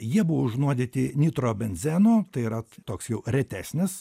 jie buvo užnuodyti nitrobenzenu tai yra toks jau retesnis